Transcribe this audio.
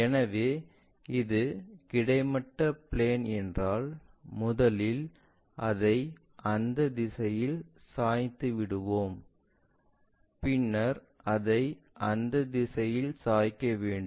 எனவே இது கிடைமட்ட பிளேன் என்றால் முதலில் அதை அந்த திசையில் சாய்த்துவிட்டோம் பின்னர் அதை அந்த திசையில் சாய்க்க வேண்டும்